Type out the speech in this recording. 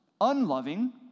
unloving